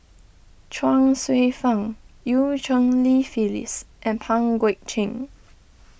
Chuang Hsueh Fang Eu Cheng Li Phyllis and Pang Guek Cheng